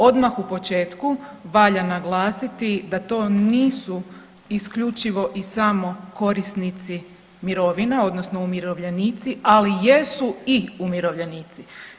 Odmah u početku valja naglasiti da to nisu isključivo i samo korisnici mirovina, odnosno umirovljenici, ali jesu i umirovljenici.